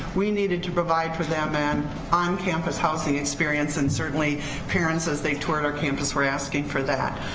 we needed to provide for them an on campus housing experience and certainly parents, as they toured our campus, were asking for that.